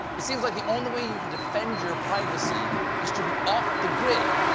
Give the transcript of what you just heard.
seems like the only way you can defend your privacy is to be off the grid.